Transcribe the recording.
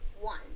One